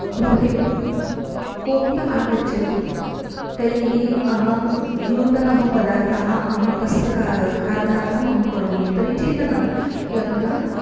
गृहे कोपि आगच्छति तर्हि अहं नूतनः पदार्थाः अहं तस्य खा खादनार्थम् अहं करोमि तर्हि चिन्तनं किम् अधुना